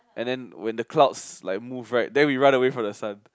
and then when the clouds like move right then we run away from the sun